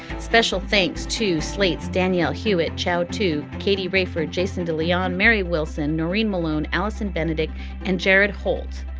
special thanks to slate's danielle hewitt chow to katie raeford, jason de leon, mary wilson, noreen malone, allison benedek and jared holt.